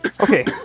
okay